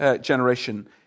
generation